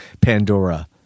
Pandora